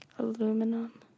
Aluminum